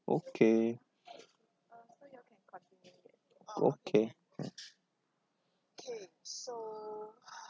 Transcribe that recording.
okay okay mm